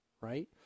right